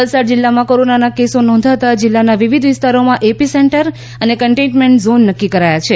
વલસાડ જીલ્લામાં કોરોનાના કેસો નોંધાતા જીલ્લાના વિવિધ વીસ્તારોમાં એપી સેન્ટર અને કન્ટેઇમેન્ટ ઝોન નકકી કરાયા છે